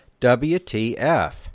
WTF